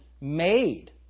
made